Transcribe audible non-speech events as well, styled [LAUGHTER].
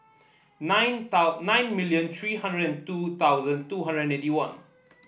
nine [UNINTELLIGIBLE] nine million three hundred and two thousand two hundred and eighty one